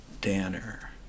Danner